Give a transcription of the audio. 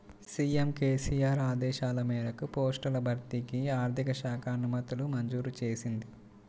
CM KCR ఆదేశాల మేరకు పోస్టుల భర్తీకి ఆర్థిక శాఖ అనుమతులు మంజూరు చేసింది